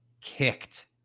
kicked